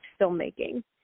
filmmaking